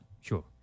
Sure